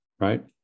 right